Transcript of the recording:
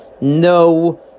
no